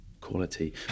quality